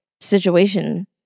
situation